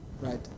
Right